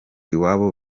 iwabo